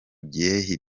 gihe